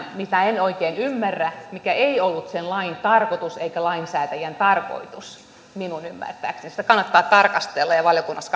mitä en oikein ymmärrä ja mikä ei ollut sen lain tarkoitus eikä lainsäätäjien tarkoitus minun ymmärtääkseni sitä kannattaa tarkastella valiokunnassa